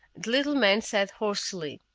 little man said hoarsely,